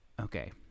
Okay